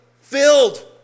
filled